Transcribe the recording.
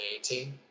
2018